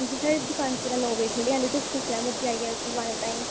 दीदी साढ़ी दुकान पूरे नौ बजे खुल्ली जानी तुस आई जायो सिलवानै ताहीं